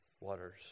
waters